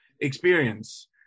experience